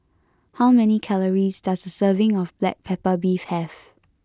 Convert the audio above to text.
how many calories does a serving of Black Pepper Beef have